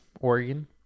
Oregon